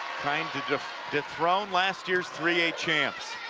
trying to dethrone last year's three a champs.